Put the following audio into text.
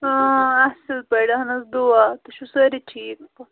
اۭں اَصٕل پٲٹھۍ اہن حظ دُعا تُہۍ چھُو سٲری ٹھیٖک